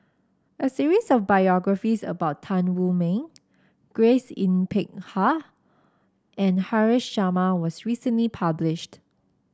a series of biographies about Tan Wu Meng Grace Yin Peck Ha and Haresh Sharma was recently published